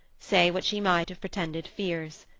say what she might of pretended fears.